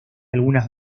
algunas